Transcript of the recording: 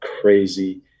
crazy